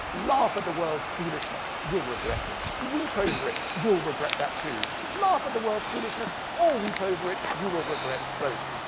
laugh at the world's foolishness, you'll regret it weep over it, you'll regret that, too laugh at the world's foolishness or weep over it, you will regret both.